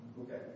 Okay